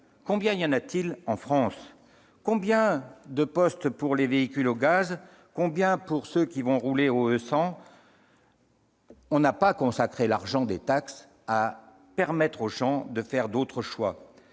Combien en compte-t-on en France ? Combien de postes pour les véhicules au gaz ? Combien pour ceux qui vont rouler au E100 ? On n'a pas consacré l'argent des taxes à permettre aux gens de faire d'autres choix.